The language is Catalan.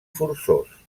forçós